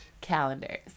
Calendars